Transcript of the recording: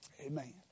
Amen